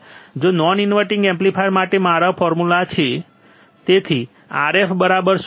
non inverting amplifier માટે આ મારું ફોર્મ્યુલા છે